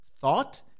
thought